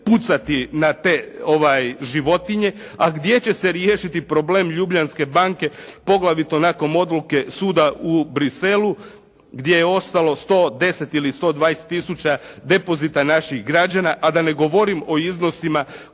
pucati na te životinje, a gdje će se riješiti problem "Ljubljanske banke" poglavito nakon odluke suda u Bruxelles-u gdje je ostalo 110 ili 120 tisuća depozita naših građana, a da ne govorim o iznosima koje je umjesto